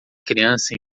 criança